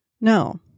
No